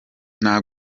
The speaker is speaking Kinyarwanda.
nta